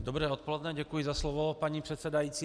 Dobré odpoledne, děkuji za slovo, paní předsedající.